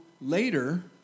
later